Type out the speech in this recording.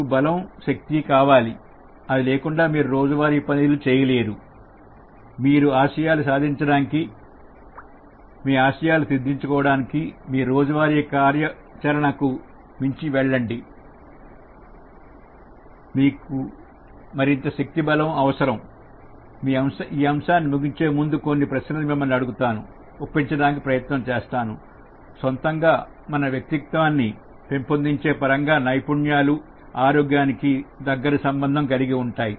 మీకు బలం కావాలి శక్తి కావాలి అది లేకుండా మీరు రోజువారీ పనులు చేయలేరు మీ ఆశయాలు సాధించడానికి మీరు రోజువారీ కార్యాచరణకు మించి వెళ్ళండి మీకు మరింత శక్తి బలం అవసరం ఈ అంశాన్ని ముగించే ముందు కొన్ని ప్రశ్నలు అడుగుతాను మిమ్మల్ని ఒప్పించడానికి ప్రయత్నం చేస్తాను సొంతంగా మన వ్యక్తిత్వాన్ని పెంపొందించే పరంగా నైపుణ్యాలు ఆరోగ్యానికి దగ్గరి సంబంధం కలిగి ఉంటాయి